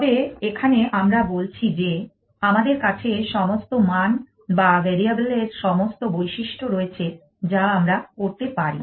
তবে এখানে আমরা বলছি যে আমাদের কাছে সমস্ত মান বা ভ্যারিয়েবল এর সমস্ত বৈশিষ্ট্য রয়েছে যা আমরা করতে পারি